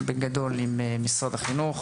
בגדול, עם משרד החינוך.